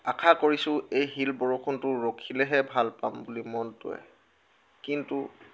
আশা কৰিছোঁ এই শিল বৰষুণটো ৰখিলেহে ভাল পাম বুলি মনটোৱে কিন্তু